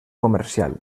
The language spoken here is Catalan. comercial